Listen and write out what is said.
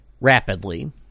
rapidly